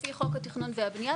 לפי חוק התכנון והבנייה,